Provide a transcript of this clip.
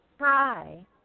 Hi